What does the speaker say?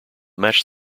match